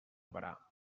berà